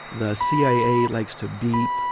the cia likes to beep,